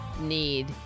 need